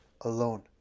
alone